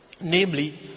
Namely